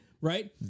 right